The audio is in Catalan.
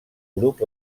grup